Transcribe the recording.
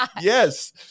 yes